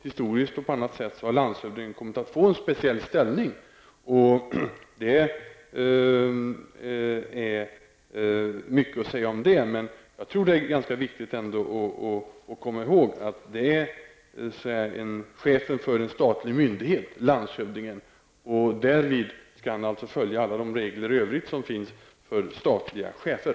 Historiskt och på annat sätt har landshövdingen kommit att få en speciell ställning. Det finns mycket att säga om det. Det är viktigt att komma ihåg att landshövdingen är chef för en statlig myndighet. Därmed skall han följa alla de regler i övrigt som gäller för statliga chefer.